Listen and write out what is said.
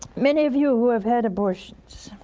many of you who have had abortions,